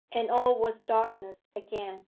and all was darkness again.